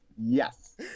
Yes